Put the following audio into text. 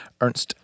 Ernst